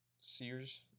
Sears